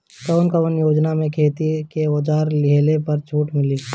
कवन कवन योजना मै खेती के औजार लिहले पर छुट मिली?